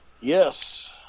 Yes